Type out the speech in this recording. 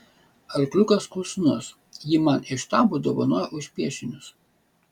arkliukas klusnus jį man iš štabo dovanojo už piešinius